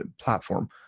platform